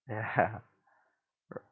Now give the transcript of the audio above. ya r~